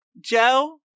joe